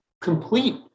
complete